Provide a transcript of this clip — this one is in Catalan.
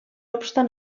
obstant